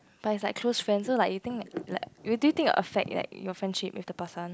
but is like close friend so like you that like do you think it will affect like your friendship with the person